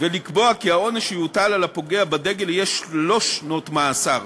ולקבוע כי העונש שיוטל על הפוגע בדגל יהיה שלוש שנות מאסר